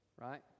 right